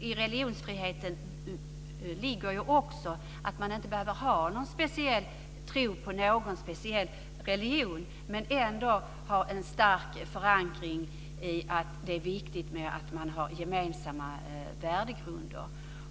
I religionsfriheten ligger också att man inte behöver ha någon tro på någon speciell religion men ändå kan ha en stark förankring i att det är viktigt att ha gemensamma värdegrunder.